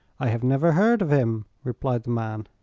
i have never heard of him, replied the man.